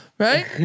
Right